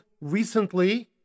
recently